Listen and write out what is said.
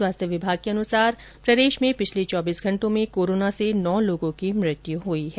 स्वास्थ्य विभाग के अनुसार प्रदेश में पिछले चौबीस घंटों में कोरोना से नौ लोगों की मृत्यु हुई है